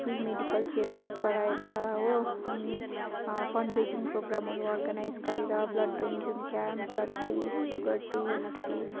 free medical checkup गराएर हो अनि फन्ड रेजिङ प्रोग्रामहरू अर्गनाइज गरेर blood donation camp blood test sugar टेस्टहरू